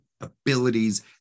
abilities